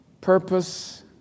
Purpose